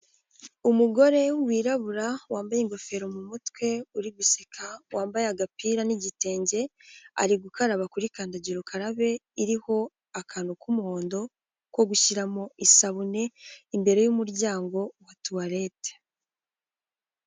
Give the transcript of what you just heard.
Umugore wirabura wambaye ingofero mu mutwe uri guseka wambaye agapira n'igitenge, ari gukaraba kuri kandagira ukarabe iriho akantu k'umuhondo ko gushyira mu isabune imbere y'umuryango wa tuwarete.